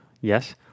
yes